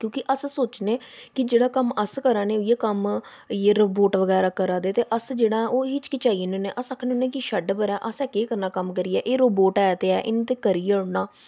क्योंकि अस सोचने कि जेह्ड़ा कम्म अस करा ने उऐ कम्म इ'यै रोबोट बगैरा करा दे ते अस जेह्ड़ा हिचहिचाई जन्ने होन्ने अस आखने होने कि छड़ पिच्छें असें केह् करना कम्म करियै एह् रोबोट ऐ ते ऐ इ'नै करी ते ओड़ना